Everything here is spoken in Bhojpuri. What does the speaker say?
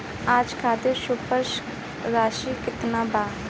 आज खातिर शेष राशि केतना बा?